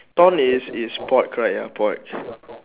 ton is is pork right ya pork